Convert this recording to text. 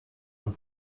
von